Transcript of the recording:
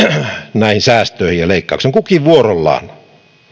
näihin säästöihin ja leikkauksiin kukin vuorollaan